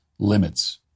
limits